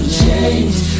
change